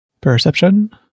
Perception